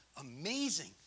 amazing